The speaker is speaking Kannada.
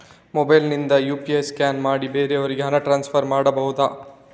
ಮೊಬೈಲ್ ನಿಂದ ಯು.ಪಿ.ಐ ಸ್ಕ್ಯಾನ್ ಮಾಡಿ ಬೇರೆಯವರಿಗೆ ಹಣ ಟ್ರಾನ್ಸ್ಫರ್ ಮಾಡಬಹುದ?